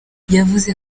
yavuze